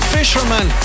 Fisherman